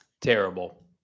Terrible